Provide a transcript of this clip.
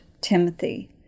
Timothy